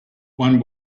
one